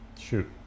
Shoot